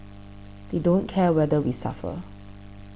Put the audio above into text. they don't care whether we suffer